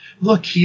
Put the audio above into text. look